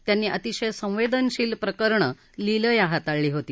त्यांनी अतिशय संवेदनशील प्रकरण लीलया हाताळली होती